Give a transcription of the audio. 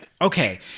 Okay